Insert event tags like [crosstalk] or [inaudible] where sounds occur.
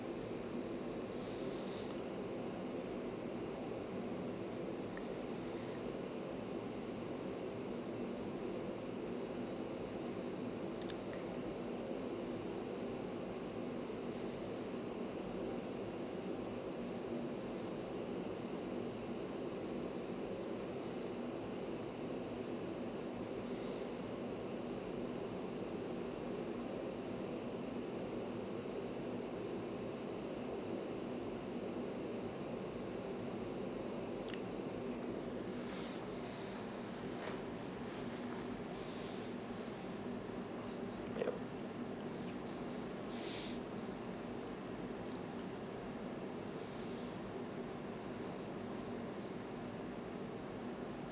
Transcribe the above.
[breath] [noise] [breath] [breath] yup [breath]